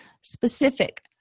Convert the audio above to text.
Specific